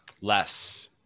less